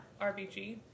RBG